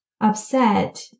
upset